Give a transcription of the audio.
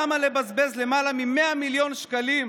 למה לבזבז למעלה מ-100 מיליון שקלים,